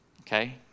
Okay